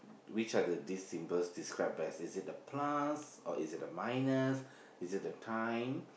which are the these symbols describe best is it the plus or is it the minus is it the time